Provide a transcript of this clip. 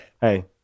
Hey